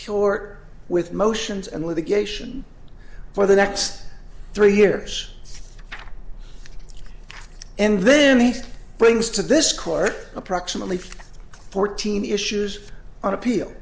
cure with motions and litigation for the next three years and then he brings to this court approximately fourteen issues on appeal